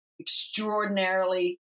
extraordinarily